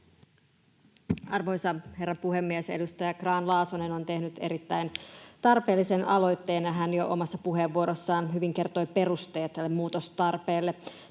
Arvoisa herra puhemies! Edustaja Grahn-Laasonen on tehnyt erittäin tarpeellisen aloitteen, ja hän jo omassa puheenvuorossaan hyvin kertoi perusteet tälle muutostarpeelle.